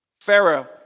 Pharaoh